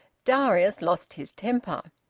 darius lost his temper.